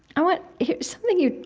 i want, something you